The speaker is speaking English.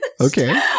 Okay